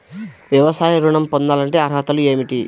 వ్యవసాయ ఋణం పొందాలంటే అర్హతలు ఏమిటి?